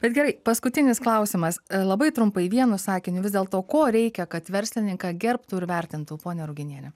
bet gerai paskutinis klausimas labai trumpai vienu sakiniu vis dėlto ko reikia kad verslininką gerbtų ir vertintų ponia rugieniene